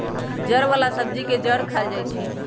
जड़ वाला सब्जी के जड़ खाएल जाई छई